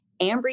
Ambry